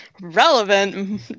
relevant